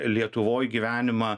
lietuvoje gyvenimą